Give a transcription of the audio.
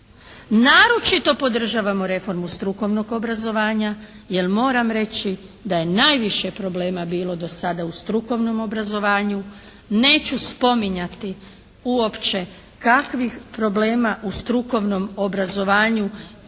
Naročito podržavamo reformu strukovnog obrazovanja jer moram reći da je najviše problema bilo do sada u strukovnom obrazovanju. Neću spominjati uopće kakvih problema u strukovnom obrazovanju ste